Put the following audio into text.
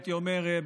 הייתי אומר,